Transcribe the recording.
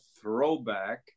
throwback